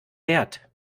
wert